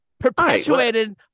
perpetuated